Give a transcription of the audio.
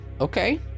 okay